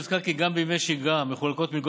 יוזכר כי גם בימי שגרה מחולקות מלגות